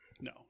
no